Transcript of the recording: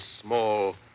small